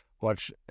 watch